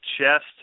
chest